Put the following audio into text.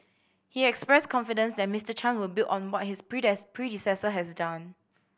he expressed confidence that Mister Chan would build on what his predecessor has done